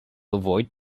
avoid